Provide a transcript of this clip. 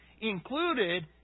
included